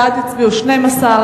בעד הצביעו 12,